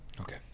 Okay